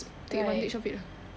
right